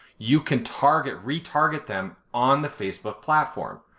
you can target, retarget them on the facebook platform.